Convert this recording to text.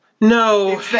No